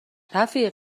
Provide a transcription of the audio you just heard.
رفیق